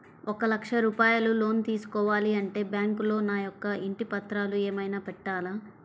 ఒక లక్ష రూపాయలు లోన్ తీసుకోవాలి అంటే బ్యాంకులో నా యొక్క ఇంటి పత్రాలు ఏమైనా పెట్టాలా?